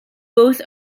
both